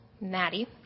Maddie